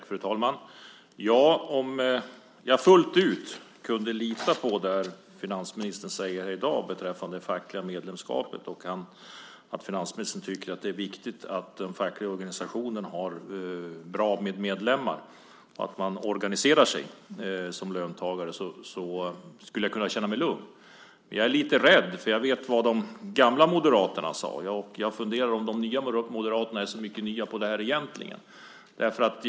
Fru talman! Om jag fullt ut kunde lita på det finansministern säger här i dag beträffande det fackliga medlemskapet, och att finansministern tycker att det är viktigt att den fackliga organisationen har bra med medlemmar och att man organiserar sig som löntagare, skulle jag känna mig lugn. Men jag är lite rädd, eftersom jag vet vad de gamla moderaterna sade. Jag funderar på om de nya moderaterna egentligen är så mycket nya i fråga om detta.